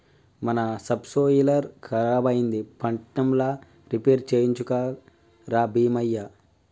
మన సబ్సోయిలర్ ఖరాబైంది పట్నంల రిపేర్ చేయించుక రా బీమయ్య